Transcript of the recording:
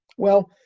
well,